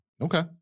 Okay